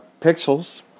Pixels